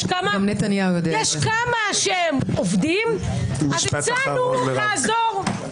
יש כמה שעובדים, אז הצענו לעזור.